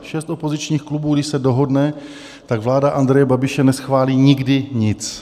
Šest opozičních klubů když se dohodne, tak vláda Andreje Babiše neschválí nikdy nic.